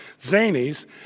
Zanies